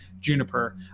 Juniper